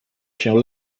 się